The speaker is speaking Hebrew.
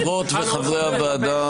חברות וחברי הוועדה,